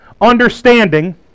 understanding